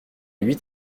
huit